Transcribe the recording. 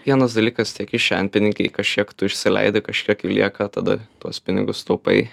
vienas dalykas tie kišenpinigiai kažkiek tu išsileidi kažkiek lieka tada tuos pinigus taupai